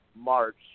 March